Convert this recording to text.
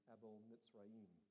Abel-Mitzrayim